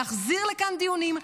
להחזיר לכאן דיונים,